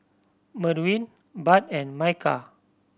Merwin Budd and Micah